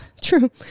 true